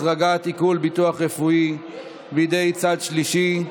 החרגת עיקול ביטוח רפואי בידי צד שלישי),